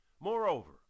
Moreover